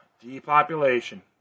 Depopulation